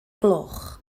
gloch